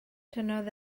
tynnodd